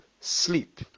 sleep